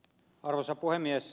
arvoisa puhemies